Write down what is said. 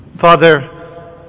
Father